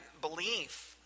belief